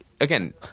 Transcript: again